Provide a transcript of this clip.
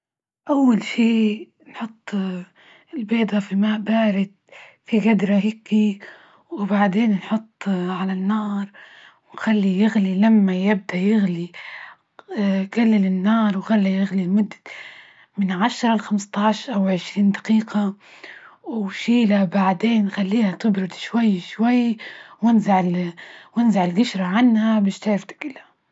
أول شي نحط البيضة في ماء بارد في جدره هيكي، وبعدين نحط على النار ونخلي يغلي لما يبدأ يغلي جلل النار وخلى يغلي لمدة من عشرة ل خمسة عشر أو عشرين دقيقة وشيله بعدين خليها تبرد شوي شوي ونزع ال - ونزع القشرة عنها مش تعرف تكلها.